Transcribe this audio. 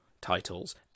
titles